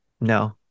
no